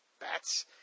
Bats